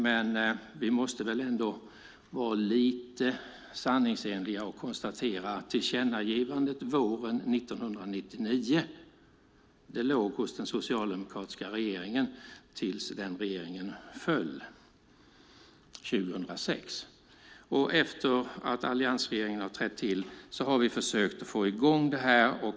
Men vi måste väl ändå vara lite sanningsenliga och konstatera att tillkännagivandet våren 1999 låg hos den socialdemokratiska regeringen tills den regeringen föll 2006. Efter det att alliansregeringen trädde till har vi försökt få i gång detta.